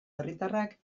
herritarrak